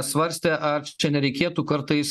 svarstė ar čia nereikėtų kartais